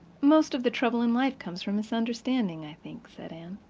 most of the trouble in life comes from misunderstanding, i think, said anne.